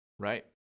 Right